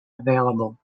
available